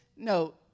No